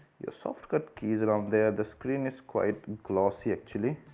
your soft cut keys around there the screen is quite glossy actually